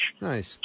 Nice